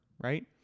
right